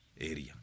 area